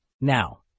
Now